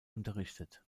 unterrichtet